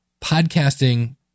podcasting